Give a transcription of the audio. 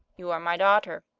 you are my daughter.